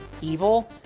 evil